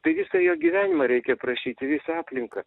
tai visą jo gyvenimą reikia prašyti visą aplinką